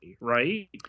right